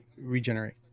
regenerate